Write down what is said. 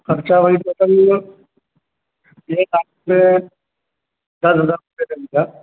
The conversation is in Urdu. خرچہ وہی ٹوٹل ایک آدمی دس ہزار روپئے کے اندر